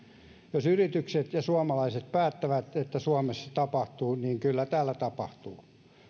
jos yritykset ja suomalaiset päättävät että suomessa tapahtuu niin kyllä täällä tapahtuu